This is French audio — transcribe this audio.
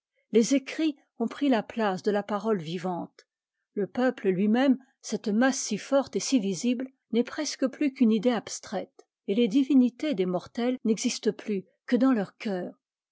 les écrits ont pris la place de la parole vivante le peuple lui-même cette masse si forte et si visible n'est presque plus qu'une idée abstraite et les divinités des mortels n'existent plus que dans leur cœur